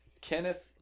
Kenneth